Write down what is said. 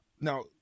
Now